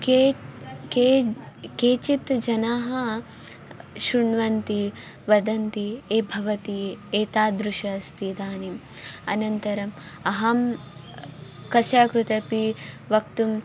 के के केचित् जनाः शृण्वन्ति वदन्ति ये भवति एतादृशम् अस्ति इदानीम् अनन्तरम् अहं कस्याः कृते अपि वक्तुं